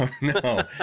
no